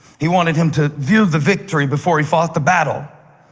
he wanted him to view the victory before he fought the battle.